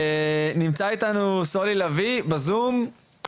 נמצא איתנו סולי לביא בזום,